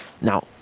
now